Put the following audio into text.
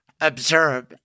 observe